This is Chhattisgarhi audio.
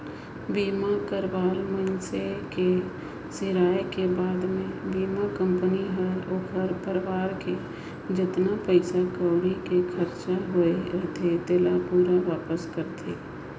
बीमा करवाल मइनसे के सिराय के बाद मे बीमा कंपनी हर ओखर परवार के जेतना पइसा कउड़ी के खरचा होये रथे तेला पूरा वापस करथे